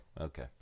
Okay